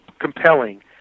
compelling